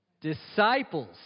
Disciples